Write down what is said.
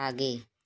आगे